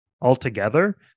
altogether